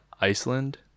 Iceland